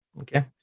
Okay